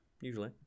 usually